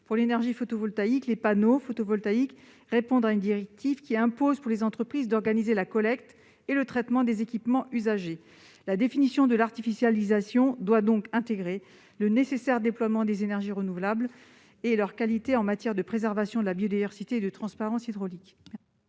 l'énergie photovoltaïque, l'installation des panneaux photovoltaïques répond à une directive qui impose aux entreprises d'organiser la collecte et le traitement des équipements usagés. La définition de l'artificialisation doit donc intégrer le nécessaire déploiement des énergies renouvelables en tenant compte de leurs propriétés vertueuses en matière de préservation de la biodiversité et de transparence hydraulique.